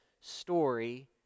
story